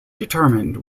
determined